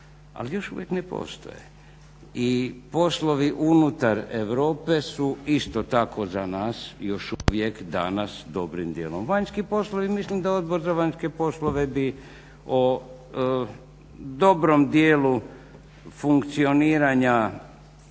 ali još uvijek ne postoje i poslovi unutar Europe su isto tako za nas još uvijek danas dobrim dijelom vanjski poslovi i mislim da Odbor za vanjske poslove bi o dobrom dijelu funkcioniranja